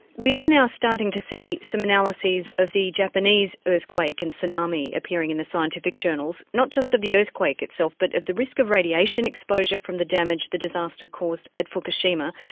we are now starting to see some analyses of the japanese earthquake and tsunami appearing in the scientific journals, not just of the earthquake itself but of the risk of radiation exposure from the damage the disaster caused at fukushima,